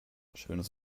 schönes